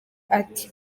ati